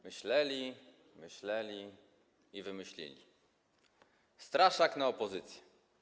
Myśleli, myśleli i wymyślili straszak na opozycję.